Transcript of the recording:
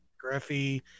Griffey